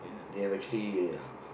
they have actually uh